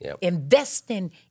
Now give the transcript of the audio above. investing